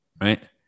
right